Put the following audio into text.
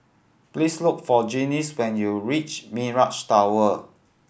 please look for Gaines when you reach Mirage Tower